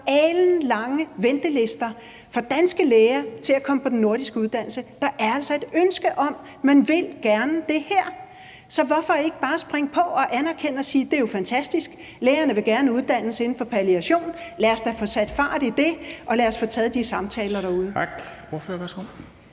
alenlange ventelister for danske læger med hensyn til at komme på den nordiske uddannelse. Der er altså et ønske om det, man vil gerne det her. Så hvorfor ikke bare springe på og anerkende det og sige: Det er jo fantastisk, at lægerne gerne vil uddannes inden for palliation, så lad os da få sat fart på det, og lad os få taget de samtaler derude? Kl.